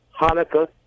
Hanukkah